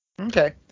Okay